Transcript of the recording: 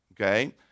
Okay